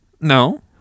No